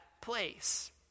place